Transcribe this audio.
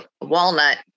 walnut